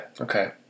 Okay